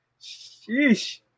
Sheesh